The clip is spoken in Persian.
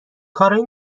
کارای